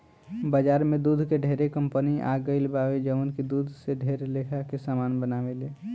बाजार में दूध के ढेरे कंपनी आ गईल बावे जवन की दूध से ढेर लेखा के सामान बनावेले